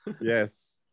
Yes